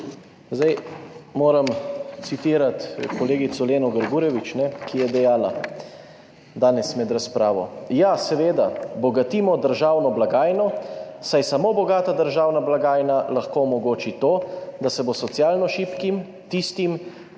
Zdaj moram citirati kolegico Leno Grgurevič, ki je dejala danes med razpravo: »Ja, seveda bogatimo državno blagajno, saj samo bogata državna blagajna lahko omogoči to, da se bo socialno šibkim, tistim,